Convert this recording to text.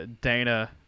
Dana